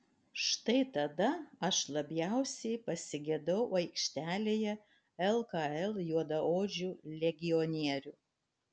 štai tada aš labiausiai pasigedau aikštelėje lkl juodaodžių legionierių